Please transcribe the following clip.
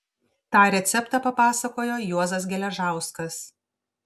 tą receptą papasakojo juozas geležauskas